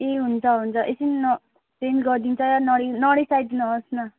ए हुन्छ हुन्छ एकछिन न चेन्ज गरिदिन्छ नरि नरिसाइदिनुहोस् न